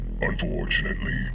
Unfortunately